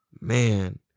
man